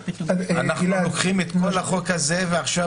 אנחנו לוקחים את כל החוק הזה ועכשיו